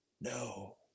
no